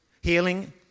healing